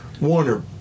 Warner